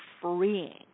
freeing